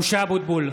משה אבוטבול,